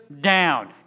down